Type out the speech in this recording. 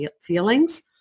feelings